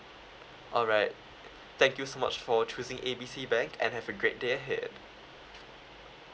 alright thank you so much for choosing A B C bank and have a great day ahead